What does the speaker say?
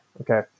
Okay